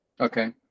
Okay